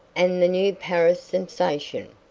and the new paris sensation,